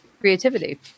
creativity